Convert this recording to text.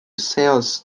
sales